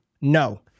No